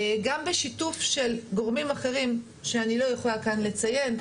גם בשיתוף של גורמים אחרים שאני לא יכולה לציין כאן.